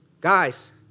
guys